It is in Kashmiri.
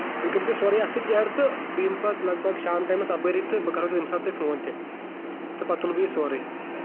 یِم کٔرزیٚو سورُے اَتھ سۭتۍ ایٚڈ تہٕ بہٕ یِمہٕ پَتہٕ لگ بگ شام ٹایمَس اَپٲری تہٕ بہٕ کَرو اَمہِ ساتہٕ تۄہہِ فون تہِ تہٕ پَتہٕ تُلہٕ بہٕ یہِ سورُے